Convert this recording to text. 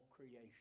creation